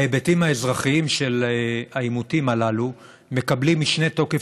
ההיבטים האזרחיים של העימותים הללו מקבלים משנה תוקף,